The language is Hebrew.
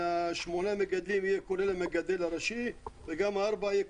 שמונה מגדלים יהיו כולל המגדל הראשי וגם הארבעה יהיו,